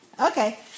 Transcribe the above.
Okay